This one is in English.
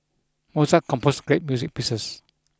Mozart composed great music pieces